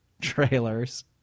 trailers